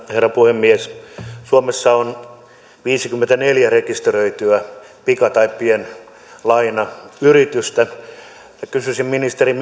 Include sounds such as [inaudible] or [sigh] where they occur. herra puhemies suomessa on viisikymmentäneljä rekisteröityä pika tai pienlainayritystä kysyisin ministerin [unintelligible]